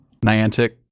Niantic